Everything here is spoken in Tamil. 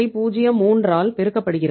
03 ஆல் பெருக்கப்படுகிறது